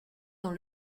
dans